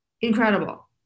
incredible